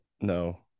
no